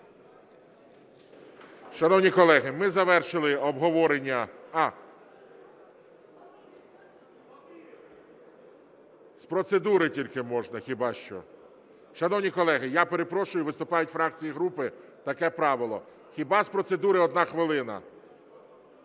Шановні колеги, ми завершили обговорення. (Шум у залі) З процедури тільки можна хіба що. Шановні колеги, я перепрошую, виступають фракції і групи – таке правило. Хіба з процедури, 1 на хвилина.